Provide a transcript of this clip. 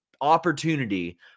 opportunity